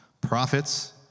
prophets